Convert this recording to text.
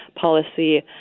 policy